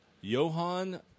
Johan